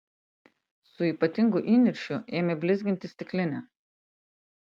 su ypatingu įniršiu ėmė blizginti stiklinę